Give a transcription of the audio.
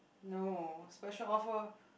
no special offer